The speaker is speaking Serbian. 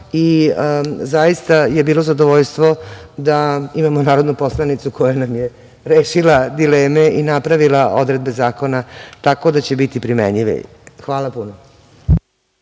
zaista je bilo zadovoljstvo da imamo narodnu poslanicu koja nam je rešila dileme i napravila odredbe zakona tako da će biti primenjivi. Hvala.